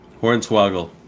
Hornswoggle